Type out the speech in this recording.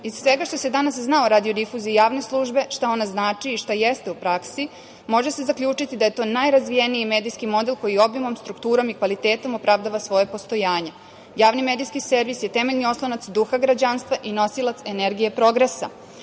„Iz svega što se danas zna o radiodifuziji javne službe, šta ona znači, šta jeste u praksi, može se zaključiti da je to najrazvijeniji medijski model koji obimom, strukturom i kvalitetom opravdava svoje postojanje. Javni medijski servis je temeljni oslonac duha građanstva i nosilac energije progresa.